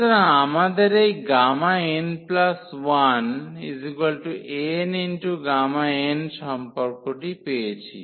সুতরাং আমরা এই n1nΓn সম্পর্কটি পেয়েছি